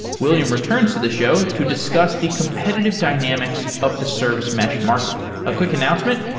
william returns to the show to discuss the competitive dynamics of the service mesh market a quick announcement,